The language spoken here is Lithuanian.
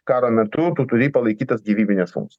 karo metu tu turi palaikyt tas gyvybines funkcijas